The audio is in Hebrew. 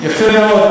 יפה מאוד.